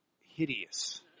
hideous